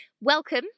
Welcome